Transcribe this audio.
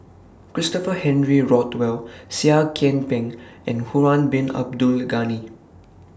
Christopher Henry Rothwell Seah Kian Peng and Harun Bin Abdul Ghani